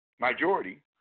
majority